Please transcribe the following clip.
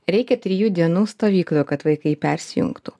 reikia trijų dienų stovykloje kad vaikai persijungtų